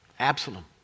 Absalom